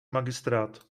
magistrát